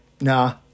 nah